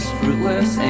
fruitless